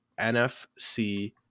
NFC